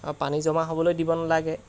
পানী জমা হ'বলৈ দিব নালাগে